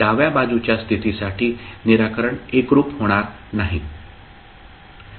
डाव्या बाजूच्या स्थितीसाठी निराकरण एकरूप होणार नाही